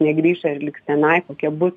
negrįš ar likti tenai kokie bus